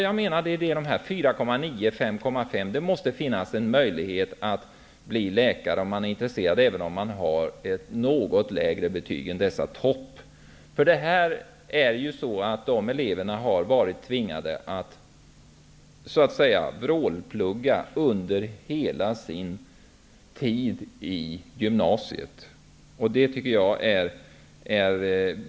Jag menar alltså att det måste finnas en möjlighet att bli läkare, om man är intresserad, även om man har ett något lägre betyg än dessa toppbetyg såsom 4,9 och 5,5. De elever som har dessa betyg har ju under hela sin gymnasietid tvingats så att säga vrålplugga.